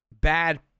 bad